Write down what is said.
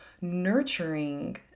nurturing